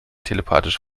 telepathisch